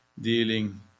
dealing